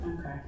Okay